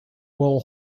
will